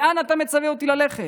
לאן אתה מצווה אותי ללכת?